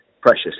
precious